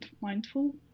mindful